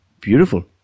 Beautiful